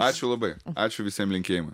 ačiū labai ačiū visiem linkėjimai